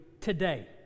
today